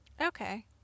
Okay